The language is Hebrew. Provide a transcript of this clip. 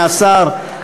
מהשר,